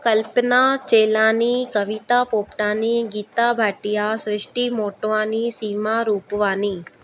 Kalpana Chelani Kavita Popatani Geeta Bhatia Shrishti Motwani Seema Rupwani